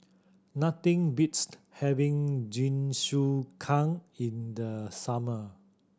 nothing beats having Jingisukan in the summer